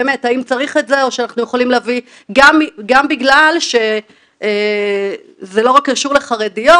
באמת האם צריך את זה או שאנחנו יכולים להביא זה לא רק קשור לחרדיות,